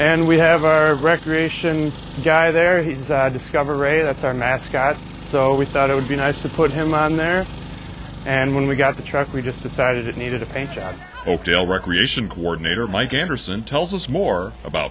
and we have our recreation guy there he's at discover a that's our mascot so we thought it would be nice to put him on there and when we got the truck we just decided it needed a change at oakdale recreation coordinator mike anderson tells us more about